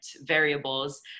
variables